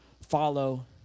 follow